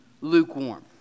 lukewarm